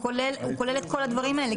הוא כולל את כל הדברים האלה.